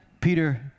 Peter